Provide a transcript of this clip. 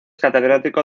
catedrático